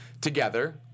Together